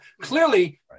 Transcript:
Clearly